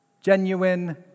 genuine